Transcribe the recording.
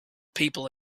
people